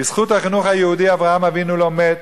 בזכות החינוך היהודי אברהם אבינו לא מת